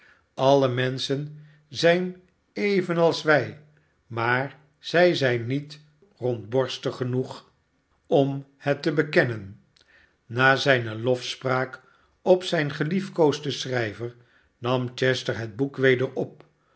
alle menschen zijn evenals wij maar zij zijn niet rondborstig genoeg om het te bekennen na zijne lofspraak op zijn geliefkoosden schrijver nam chester het boek weder op